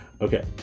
Okay